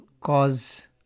cause